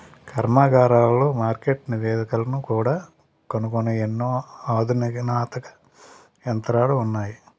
కర్మాగారాలలో మార్కెట్ నివేదికలను కూడా కనుగొనే ఎన్నో అధునాతన యంత్రాలు ఉన్నాయి